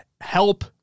help